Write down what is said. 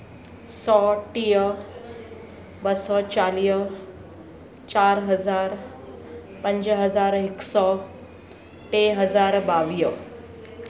सौ टीह ॿ सौ चालीह चारि हज़ार पंज हज़ार हिकु सौ टे हज़ार ॿावीह